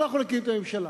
אנחנו נקים את הממשלה.